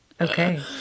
Okay